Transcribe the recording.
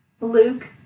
Luke